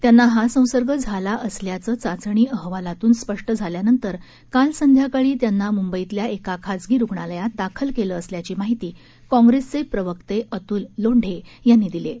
त्यांना हा संसर्ग झाला असल्याचं चाचणी अहवालातून स्पष्ट झाल्यानंतर काल संध्याकाळी त्यांना म्ंबईतल्या एका खाजगी रुग्णालयात दाखल केलं असल्याची माहिती काँग्रेसचे प्रवक्ते अत्ल लोंढे यांनी दिली आहे